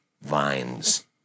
vines